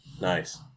Nice